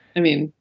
i mean,